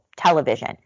television